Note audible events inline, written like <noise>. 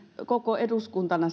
koko eduskuntana <unintelligible>